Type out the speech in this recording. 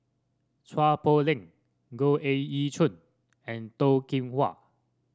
Chua Poh Leng Goh Ee Choo and Toh Kim Hwa